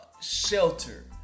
shelter